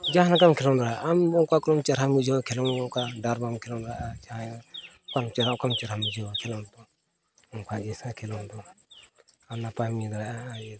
ᱡᱟᱦᱟᱸ ᱞᱮᱠᱟᱢ ᱠᱷᱮᱞᱳᱰ ᱫᱟᱲᱮᱭᱟᱜᱼᱟ ᱟᱢ ᱚᱠᱟ ᱠᱚᱢ ᱪᱮᱨᱦᱟᱢ ᱵᱩᱡᱷᱟᱹᱣᱟ ᱠᱷᱮᱞᱳᱰ ᱚᱠᱟ ᱰᱟᱨᱢᱟᱢ ᱠᱷᱮᱞᱳᱰ ᱫᱟᱲᱮᱭᱟᱜᱼᱟ ᱡᱟᱦᱟᱸᱭ ᱟᱢ ᱪᱮᱨᱦᱟ ᱚᱠᱟᱢ ᱪᱮᱨᱦᱟᱢ ᱵᱩᱡᱷᱟᱹᱣᱟ ᱠᱷᱮᱞᱳᱰ ᱫᱚ ᱚᱱᱠᱟ ᱜᱮᱥᱮ ᱠᱷᱮᱞᱳᱰ ᱫᱚ ᱟᱨ ᱱᱟᱯᱟᱭᱮᱢ ᱤᱭᱟᱹ ᱫᱟᱲᱮᱭᱟᱜᱼᱟ ᱤᱭᱟᱹ ᱫᱚ